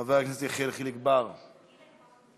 חבר הכנסת יחיאל חיליק בר, מוותר?